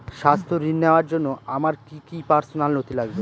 স্বাস্থ্য ঋণ নেওয়ার জন্য আমার কি কি পার্সোনাল নথি লাগবে?